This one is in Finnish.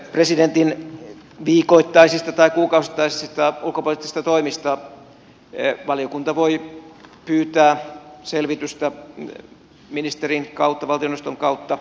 presidentin viikoittaisista tai kuukausittaisista ulkopoliittisista toimista valiokunta voi pyytää selvitystä ministerin kautta valtioneuvoston kautta